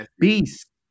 beast